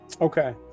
okay